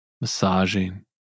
Massaging